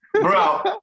bro